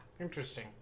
Interesting